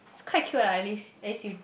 quite cute lah at least at least you